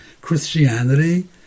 Christianity